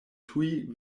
tuj